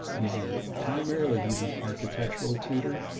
he's a primarily, he's an architectural tutor,